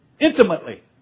intimately